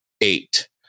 eight